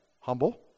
Humble